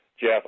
Jeff